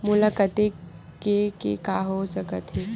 मोला कतेक के के हो सकत हे?